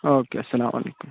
او کے اسلام وعلیکُم